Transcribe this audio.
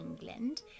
England